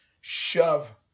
shove